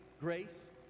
grace